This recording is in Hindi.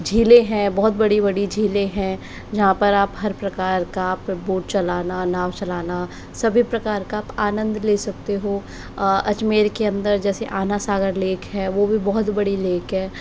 झीलें है बहुत बड़ी बड़ी झीलें हैं जहाँ पर आप हर प्रकार का बोट चलाना नाव चलाना सभी प्रकार का आप आनंद ले सकते हो अजमेर के अंदर जैसे अनसागर लेक है वह भी बहुत बड़ी लेक है